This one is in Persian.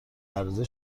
عرضه